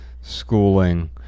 schooling